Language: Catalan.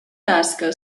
tasca